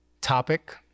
topic